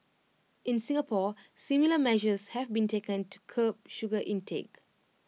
in Singapore similar measures have been taken to curb sugar intake